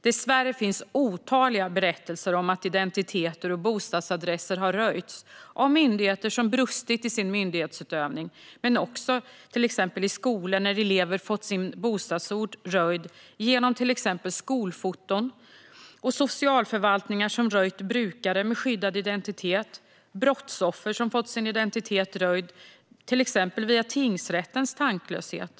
Dessvärre finns otaliga berättelser om att identiteter och bostadsadresser har röjts av myndigheter som brustit i sin myndighetsutövning. Det gäller till exempel i skolor när elever fått sin bostadsort röjd genom skolfoton, socialförvaltningar som röjt brukare med skyddad identitet och brottsoffer som fått sin identitet röjd till exempel via tingsrättens tanklöshet.